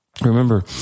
Remember